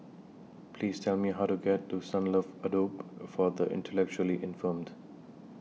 Please Tell Me How to get to Sunlove Abode For The Intellectually Infirmed